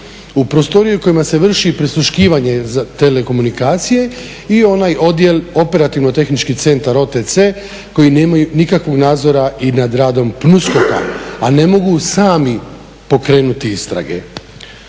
u prostorije u kojima se vrši prisluškivanje telekomunikacije i onaj odjel operativno tehnički centar, OTC, koji nemaju nikakvog nadzora i nad radom PNUSKOK-a, a ne mogu sami pokrenuti istrage.